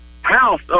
house